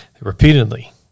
repeatedly